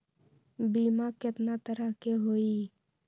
बीमा केतना तरह के होइ?